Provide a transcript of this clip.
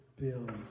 build